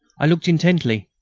i looked intently.